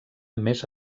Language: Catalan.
més